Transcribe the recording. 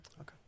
Okay